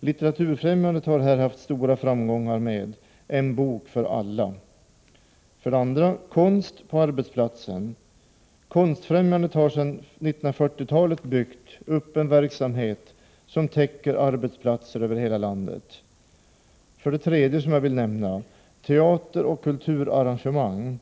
Litteraturfrämjandet har här haft stora framgångar med En bok för alla. 2. Konst på arbetsplatsen. Konstfrämjandet har sedan 1940-talet byggt upp en verksamhet som täcker arbetsplatser över hela landet. 3. Teater och kulturarrangemang.